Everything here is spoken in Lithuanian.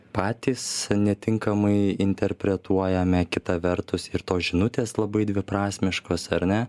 patys netinkamai interpretuojame kita vertus ir tos žinutės labai dviprasmiškos ar ne